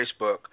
Facebook